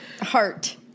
heart